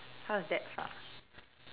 how does that sounds